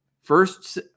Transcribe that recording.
first